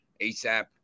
ASAP